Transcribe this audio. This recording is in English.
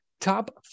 top